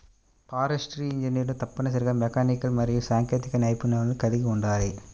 forestry ఇంజనీర్లు తప్పనిసరిగా mechanical మరియు సాంకేతిక నైపుణ్యాలను కలిగి ఉండాలి